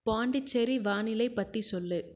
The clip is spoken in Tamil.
பாண்டிச்சேரி வானிலை பற்றி சொல்